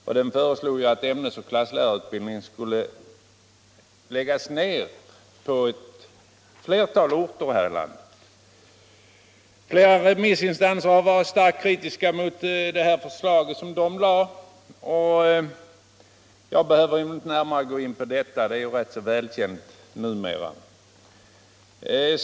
Gruppen föreslog att ämnesoch klasslärarutbildningen skulle läggas ner på ett flertal orter i landet. Flera remissinstanser var starkt kritiska mot det förslaget, men jag behöver inte närmare gå in på detta, eftersom det är rätt så välkänt numera.